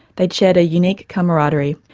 they'd shared a unique camaraderie,